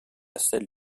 celles